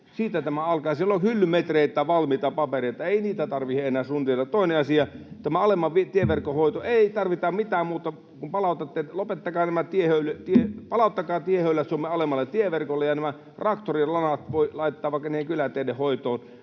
Siitä tämä alkaa. Siellä on hyllymetreittäin valmiita papereita, ei niitä tarvitse enää suunnitella. Toinen asia on tämä alemman tieverkon hoito. Ei tarvita mitään muuta, kun palautatte tiehöylät Suomen alemmalle tieverkolle, ja nämä traktorien lanat voi laittaa vaikka niiden kyläteiden hoitoon.